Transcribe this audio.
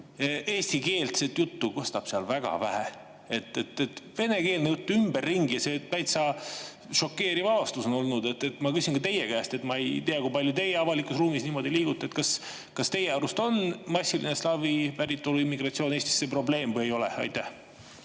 eestikeelset juttu kostab seal väga vähe. Venekeelne jutt ümberringi, see on täitsa šokeeriv avastus olnud. Ma küsin ka teie käest, ma küll ei tea, kui palju teie avalikus ruumis niimoodi liigute, aga kas teie arust on massiline slaavi päritolu immigratsioon Eestisse probleem või ei ole? Aitäh,